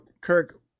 Kirk